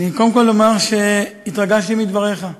קודם כול אומר שהתרגשתי מדבריך.